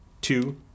two